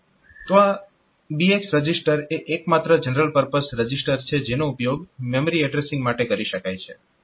તો આ BX register એ એક માત્ર જનરલ પરપઝ રજીસ્ટર છે જેનો ઉપયોગ મેમરી એડ્રેસીંગ માટે કરી શકાય છે